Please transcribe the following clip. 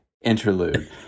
interlude